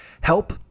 help